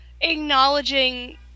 acknowledging